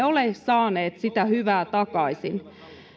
ole saaneet sitä hyvää takaisin